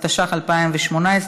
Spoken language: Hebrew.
התשע"ח 2018,